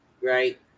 right